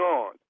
on